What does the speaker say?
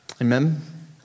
Amen